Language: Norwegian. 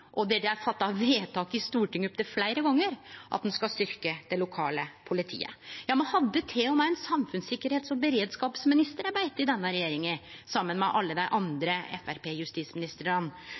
og som det er fatta vedtak om i Stortinget opptil fleire gonger – at ein skal styrkje det lokale politiet. Ja, me hadde til og med ein samfunnssikkerheits- og beredskapsminister ei beite i denne regjeringa, saman med alle dei andre